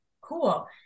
cool